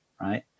right